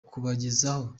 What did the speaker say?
kubagezaho